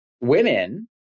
women